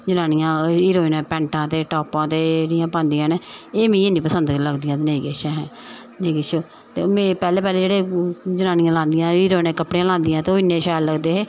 जनानियां हीरोइनां पैंटां ते टापां ते एह् जेहियां पांदियां न एह् मिगी निं पसंद लगदियां ते नेईं किश अहें नेईं किश ते पैह्लें पैह्लें जेह्ड़े लांदियां हा हीरोइनां कपड़े लांदियां हां ते ओह् इन्ने शैल लगदे हे